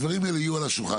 הדברים האלה יהיו על השולחן.